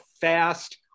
fast